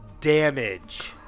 damage